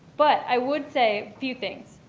but i would say a few things,